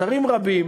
אתרים רבים,